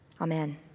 Amen